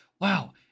Wow